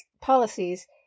policies